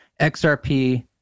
XRP